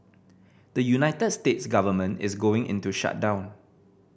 the United States government is going into shutdown